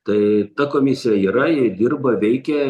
tai ta komisija yra ji dirba veikia